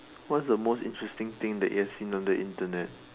what's the most interesting thing that you have seen on the Internet